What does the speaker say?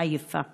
עייפה.